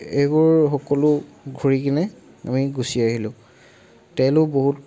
এইবোৰ সকলো ঘূৰি কিনে আমি গুচি আহিলোঁ তেলো বহুত